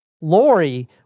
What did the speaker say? Lori